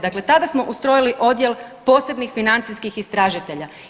Dakle, tada smo ustrojili odjel posebnih financijskih istražitelja.